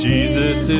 Jesus